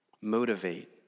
motivate